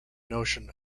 notion